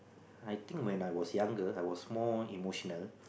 I think when I was younger I was more emotional